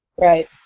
right,